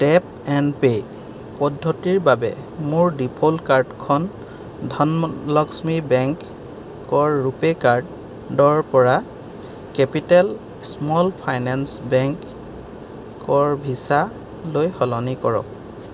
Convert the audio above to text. tap and pay পদ্ধতিৰ বাবে মোৰ ডিফ'ল্ট কাৰ্ডখন ধনলক্ষ্মী বেংকৰ ৰুপে' কাৰ্ডৰ পৰা কেপিটেল স্মল ফাইনেঞ্চ বেংকৰ ভিছালৈ সলনি কৰক